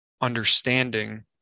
understanding